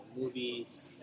movies